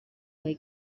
fue